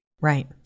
Right